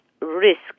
risk